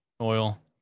oil